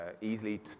easily